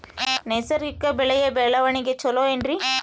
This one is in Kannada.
ನೈಸರ್ಗಿಕ ಬೆಳೆಯ ಬೆಳವಣಿಗೆ ಚೊಲೊ ಏನ್ರಿ?